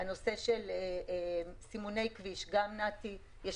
גם לנושא של סימוני כביש נת"י יתייחסו.